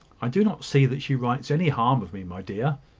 i do not see that she writes any harm of me, my dear,